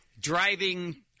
driving